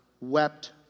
wept